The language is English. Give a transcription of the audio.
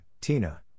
Tina